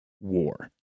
war